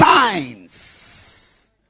Signs